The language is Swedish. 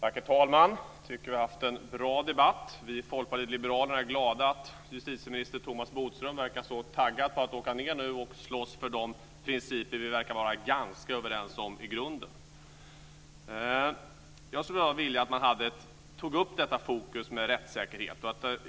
Herr talman! Jag tycker att vi har haft en bra debatt. Vi i Folkpartiet liberalerna är glada att justitieministern Thomas Bodström verkar så taggad inför att nu åka ned och slåss för de principer som vi tycks vara ganska överens om i grunden. Jag skulle vilja att man tog upp detta fokus med rättssäkerhet.